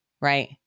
right